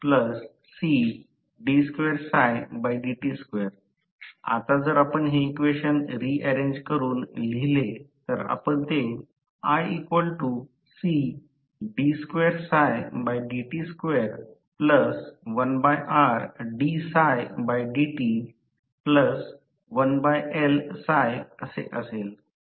आता जर आपण हे इक्वेशन रीअरेंज करून लिहिले तर ते असे असेल